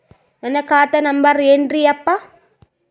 ನನ್ನ ಖಾತಾ ನಂಬರ್ ಏನ್ರೀ ಯಪ್ಪಾ?